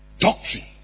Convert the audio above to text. doctrine